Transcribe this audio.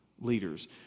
leaders